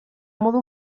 modu